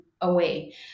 away